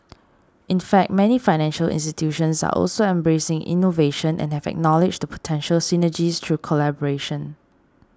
in fact many financial institutions are also embracing innovation and have acknowledged the potential synergies through collaboration